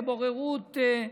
כבוררות.